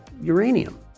uranium